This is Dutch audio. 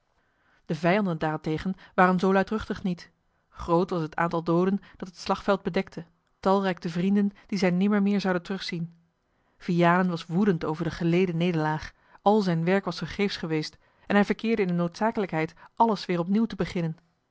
de vijanden daarentegen waren zoo luidruchtig niet groot was het aantal dooden dat het slagveld bedekte talrijk de vrienden die zij nimmermeer zouden terugzien vianen was woedend over de geleden nederlaag al zijn werk was vergeefsch geweest en hij verkeerde in de noodzakelijkheid alles weer opnieuw te beginnen